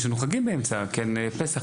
יש לנו חגים באמצע, פסח.